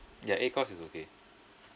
ya eight course is okay